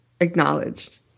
acknowledged